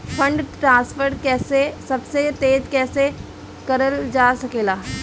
Fund transfer सबसे तेज कइसे करल जा सकेला?